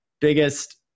biggest